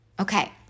Okay